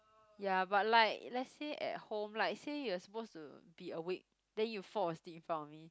ya but like let's say at home like say you are supposed to be awake then you fall asleep in front of me